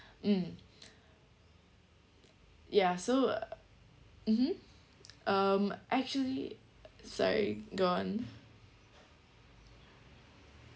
mm ya so (uh huh) um actually sorry go on